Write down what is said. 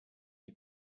die